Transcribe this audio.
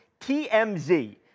TMZ